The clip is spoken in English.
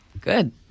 Good